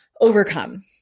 overcome